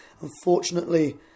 Unfortunately